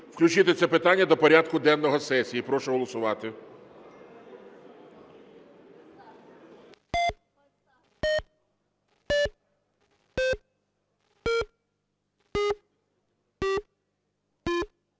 включити це питання до порядку денного сесії. Прошу голосувати.